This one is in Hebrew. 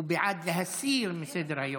בסדר גמור.